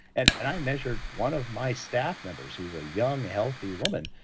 and and i measured one of my staff members who's a young, healthy woman,